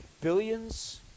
billions